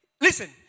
Listen